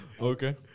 Okay